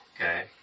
Okay